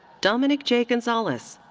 dominic j. gonzalez.